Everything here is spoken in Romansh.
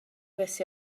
vess